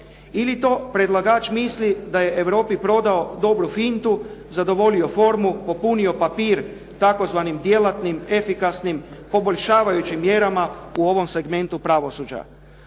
Ili to predlagač misli da je Europi prodao dobru fintu, zadovoljio formu, popunio papir tzv. djelatnim, efikasnim, poboljšavajućim mjerama u ovom segmentu pravosuđa.